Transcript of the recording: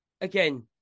again